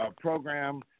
program